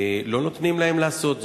לא נותנים להם לעשות זאת.